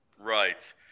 Right